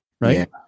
right